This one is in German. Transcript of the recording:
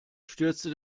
stürzte